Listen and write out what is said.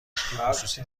خصوصی